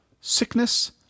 Sickness